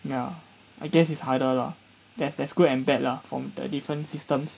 ya I guess it's harder lah there's there's good and bad lah from the different systems